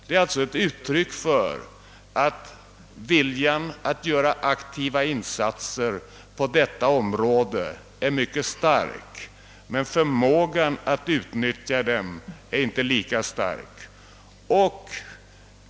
Detta är ett uttryck för att viljan att göra aktiva insatser på detta område är mycket stark men att förmågan att utnyttja dem inte är lika utvecklad.